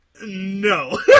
No